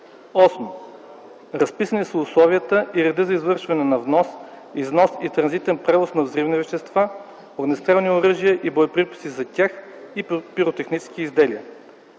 8. разписани са условията и реда за извършване на внос, износ и транзитен превоз на взривни вещества, огнестрелни оръжия и боеприпаси за тях и пиротехнически изделия;